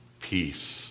peace